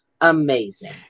Amazing